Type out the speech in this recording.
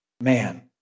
man